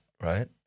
right